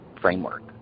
framework